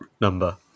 number